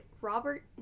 Robert